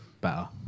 better